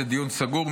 זה דיון סגור.